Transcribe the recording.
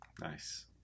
nice